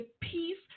peace